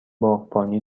باغبانی